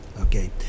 okay